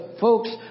folks